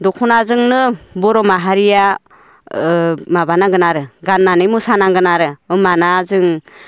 दखनाजोंनो बर' माहारिया माबानांगोन आरो गाननानै मोसानांगोन आरो होनबाना जों